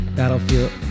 Battlefield